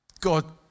God